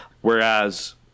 Whereas